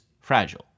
fragile